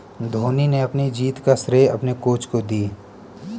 धोनी ने अपनी जीत का श्रेय अपने कोच को दी